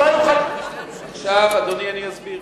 עכשיו, אדוני, אני אסביר.